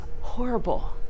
horrible